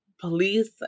police